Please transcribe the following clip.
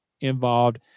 involved